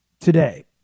today